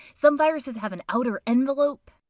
some viruses have an outer envelope.